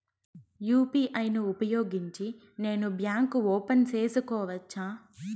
UPI ను ఉపయోగించి నేను బ్యాంకు ఓపెన్ సేసుకోవచ్చా?